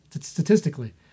statistically